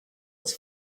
its